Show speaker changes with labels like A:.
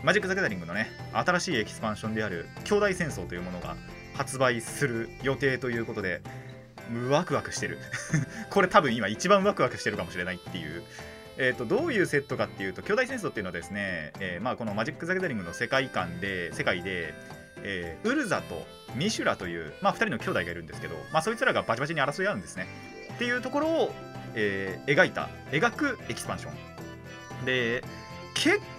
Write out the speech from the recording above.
A: マジック・ザ・ギャザリングのね、新しいエキスパンションである兄弟戦争というものが発売する予定ということで、ワクワクしてる。 これ多分今一番ワクワクしてるかもしれないっていう。えーと、どういうセットかっていうと、兄弟戦争っていうのはですね、えー、まあこのマジック・ザ・ギャザリングの世界観で、世界で、えー、ウルザとミシュラという、まあ二人の兄弟がいるんですけど、まあそいつらがバチバチに争い合うんですね。っていうところを、えー、描いた、描くエキスパンション。で、結